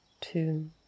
two